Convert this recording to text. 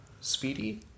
Speedy